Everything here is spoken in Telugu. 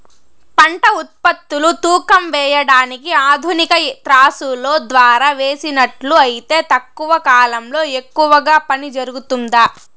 పంట ఉత్పత్తులు తూకం వేయడానికి ఆధునిక త్రాసులో ద్వారా వేసినట్లు అయితే తక్కువ కాలంలో ఎక్కువగా పని జరుగుతుందా?